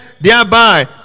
thereby